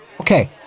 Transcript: Okay